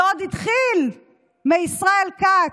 זה עוד התחיל מישראל כץ,